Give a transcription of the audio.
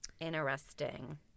Interesting